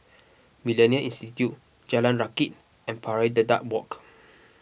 Millennia Institute Jalan Rakit and Pari Dedap Walk